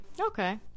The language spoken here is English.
Okay